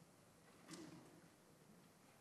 חבר